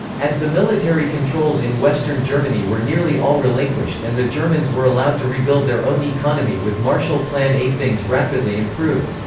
as the military controls in western germany were nearly all relinquished and the germans were allowed to rebuild their own economy with marshall plan aid things rapidly improved.